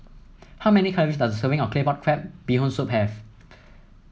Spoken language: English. how many calories does a serving of Claypot Crab Bee Hoon Soup have